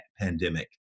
pandemic